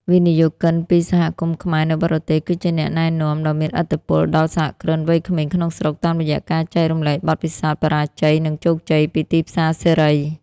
វិនិយោគិនពី សហគមន៍ខ្មែរនៅបរទេស គឺជាអ្នកណែនាំ ដ៏មានឥទ្ធិពលដល់សហគ្រិនវ័យក្មេងក្នុងស្រុក តាមរយៈការចែករំលែកបទពិសោធន៍បរាជ័យ និងជោគជ័យពីទីផ្សារសេរី។